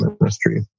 ministry